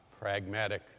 pragmatic